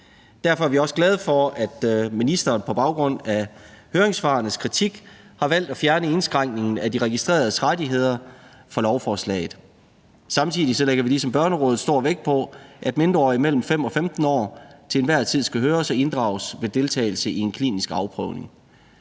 Derfor er vi også glade for, at ministeren på baggrund af høringssvarenes kritik har valgt at fjerne indskrænkningen af de registreredes rettigheder fra lovforslaget. Samtidig lægger vi ligesom Børnerådet stor vægt på, at mindreårige mellem 5 og 15 år til enhver tid skal høres og inddrages ved deltagelse i en klinisk afprøvning.